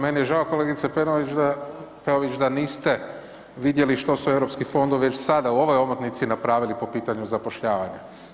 Meni je žao kolegice Peović da niste vidjeli što su EU fondovi jer već sada u ovoj omotnici napravili po pitanju zapošljavanja.